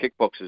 kickboxers